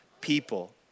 people